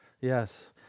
yes